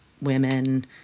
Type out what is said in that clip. women